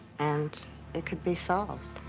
and it could be solved.